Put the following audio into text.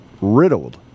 riddled